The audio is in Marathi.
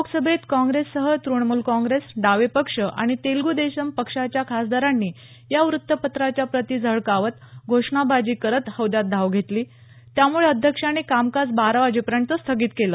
लोकसभेत काँग्रेससह तृणमूल काँग्रेस डावे पक्ष आणि तेलगू देशम पक्षाच्या खासदारांनी या वृत्तपत्राच्या प्रती झळकावत घोषणाबाजी करत हौद्यात धाव घेतली त्यामुळे अध्यक्षांनी कामकाज बारा वाजेपर्यंत स्थगित केलं